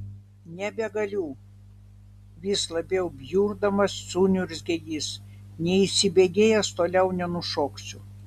nebegaliu vis labiau bjurdamas suniurzgė jis neįsibėgėjęs toliau nenušoksiu